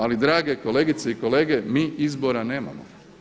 Ali drage kolegice i kolege, mi izbora nemamo.